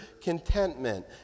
contentment